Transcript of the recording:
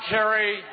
Kerry